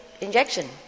injection